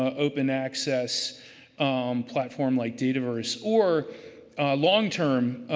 open access platform like dataverse. or long term